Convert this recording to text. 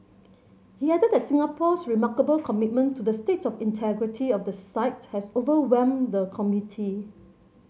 he added that Singapore's remarkable commitment to the state of integrity of the site has overwhelmed the committee